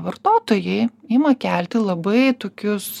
vartotojai ima kelti labai tokius